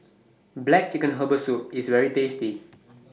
Black Chicken Herbal Soup IS very tasty